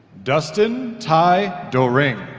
dustin ty doering